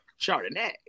Chardonnay